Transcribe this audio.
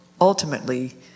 ultimately